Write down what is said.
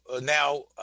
now